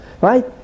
right